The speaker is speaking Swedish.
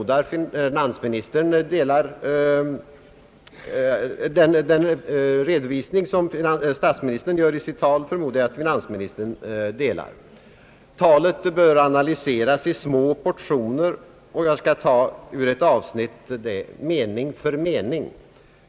Den redovisning som statsministern gör i sitt tal förmodar jag att finansministern ansluter sig till. Talet bör analyseras i små portioner, och jag skall därför ur ett avsnitt ta mening för mening.